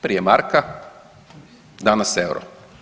Prije marka, danas euro.